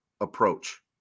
approach